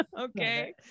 okay